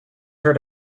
heard